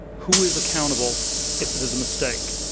who is accountable if it is a mistake?